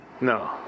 no